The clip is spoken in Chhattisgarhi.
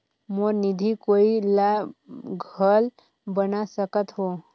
मोर निधि कोई ला घल बना सकत हो?